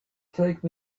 take